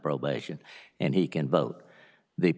probation and he can vote the